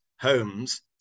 homes